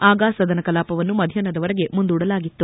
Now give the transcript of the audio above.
ಆಗ ಸದನ ಕಲಾಪವನ್ನು ಮಧ್ಯಾಹ್ನದವರೆಗೆ ಮುಂದೂಡಲಾಗಿತ್ತು